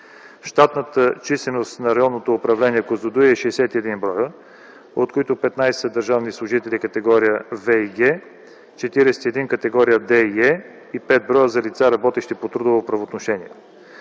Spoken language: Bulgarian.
Щатната численост на Районното управление – Козлодуй, е 61 бр., от които 15 – държавни служители категория „В” и „Г”, 41 – категория „Д” и „Е” и 5 бр. лица, работещи по трудово правоотношение.